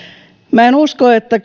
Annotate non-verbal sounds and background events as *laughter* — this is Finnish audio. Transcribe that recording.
minä en usko että *unintelligible*